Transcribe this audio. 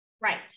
Right